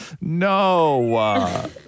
No